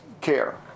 care